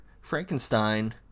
Frankenstein